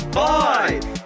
five